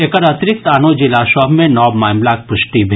एकर अतिरिक्त आनो जिला सभ मे नव मामिलाक प्रष्टि भेल